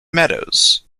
meadows